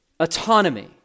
autonomy